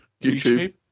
YouTube